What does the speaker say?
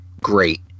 Great